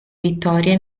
vittorie